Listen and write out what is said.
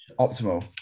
Optimal